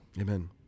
Amen